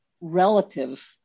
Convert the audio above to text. relative